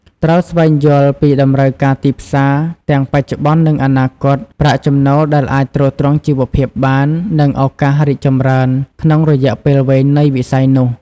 ត្រូវស្វែងយល់ពីតម្រូវការទីផ្សារទាំងបច្ចុប្បន្ននិងអនាគត ប្រាក់ចំណូលដែលអាចទ្រទ្រង់ជីវភាពបាន និងឱកាសរីកចម្រើនក្នុងរយៈពេលវែងនៃវិស័យនោះ។